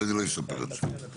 אז אני לא אספר את זה.